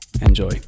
Enjoy